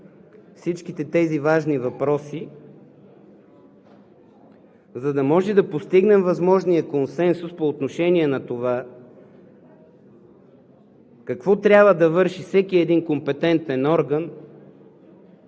всички тези важни въпроси, за да може да постигнем възможния консенсус по отношение на това какво трябва да върши всеки един компетентен орган,